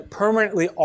permanently